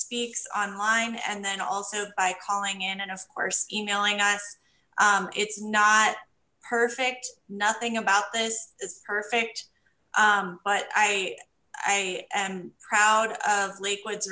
speaks online and then also by calling in and of course emailing us it's not perfect nothing about this is perfect but i am proud of liquids